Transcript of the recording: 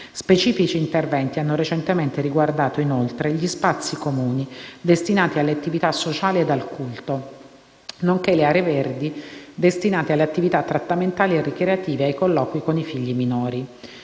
Specifici interventi hanno recentemente riguardato, inoltre, gli spazi comuni, destinati alle attività sociali ed al culto, nonché le aree verdi destinate alle attività trattamentali e ricreative ed ai colloqui con i figli minori.